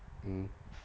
mm